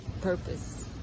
Purpose